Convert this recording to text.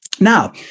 Now